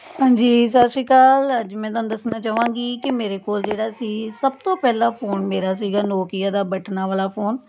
ਹਾਂਜੀ ਸਤਿ ਸ਼੍ਰੀ ਅਕਾਲ ਅੱਜ ਮੈਂ ਤੁਹਾਨੂੰ ਦੱਸਣਾ ਚਾਹਵਾਂਗੀ ਕਿ ਮੇਰੇ ਕੋਲ ਜਿਹੜਾ ਸੀ ਸਭ ਤੋਂ ਪਹਿਲਾਂ ਫੋਨ ਮੇਰਾ ਸੀਗਾ ਨੋਕੀਆ ਦਾ ਬਟਨਾਂ ਵਾਲਾ ਫੋਨ